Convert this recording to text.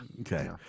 Okay